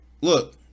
Look